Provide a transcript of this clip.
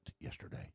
yesterday